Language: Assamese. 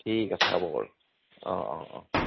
ঠিক আছে হ'ব বাৰু অঁ অঁ অঁ